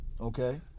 Okay